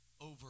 over